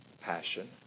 passion